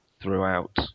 throughout